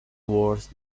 worse